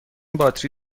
باتری